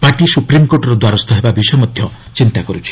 party ସୁପ୍ରିମ୍କୋର୍ଟର ଦ୍ୱାରସ୍ଥ ହେବା ବିଷୟ ମଧ୍ୟ ଚିନ୍ତା କରିଛି